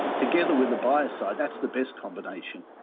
together with a biocide, that's the best combination.